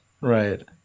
right